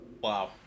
Wow